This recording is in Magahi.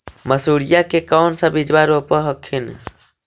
मसुरिया के कौन सा बिजबा रोप हखिन?